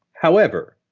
however,